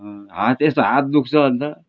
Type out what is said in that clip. अँ हात यस्तो हात दुख्छ अन्त